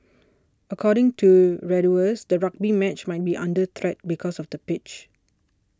according to Reuters the rugby match might be under threat because of the pitch